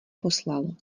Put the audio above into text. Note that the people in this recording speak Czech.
poslal